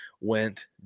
went